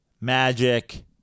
Magic